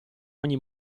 ogni